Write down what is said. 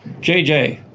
jj,